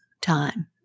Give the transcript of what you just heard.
time